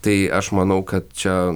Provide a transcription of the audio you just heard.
tai aš manau kad čia